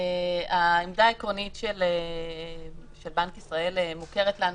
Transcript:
העמדה העקרונית של בנק ישראל מוכרת לנו,